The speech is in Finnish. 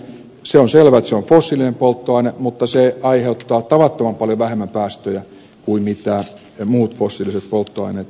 on selvää että se on fossiilinen polttoaine mutta se aiheuttaa tavattoman paljon vähemmän päästöjä kuin mitä muut fossiiliset polttoaineet aiheuttavat